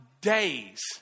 days